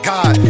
God